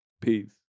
Peace